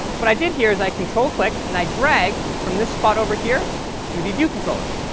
what i did here is i control clicked, and i dragged from this spot over here to the view controller,